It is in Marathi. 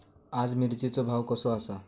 आज मिरचेचो भाव कसो आसा?